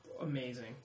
amazing